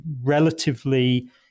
relatively